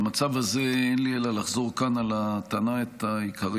במצב הזה אין לי אלא לחזור כאן על הטענות העיקריות